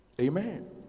Amen